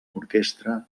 orquestra